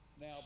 Now